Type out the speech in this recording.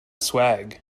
swag